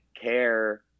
care